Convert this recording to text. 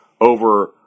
over